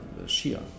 Shia